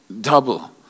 Double